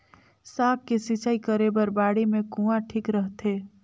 साग के सिंचाई करे बर बाड़ी मे कुआँ ठीक रहथे?